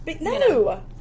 No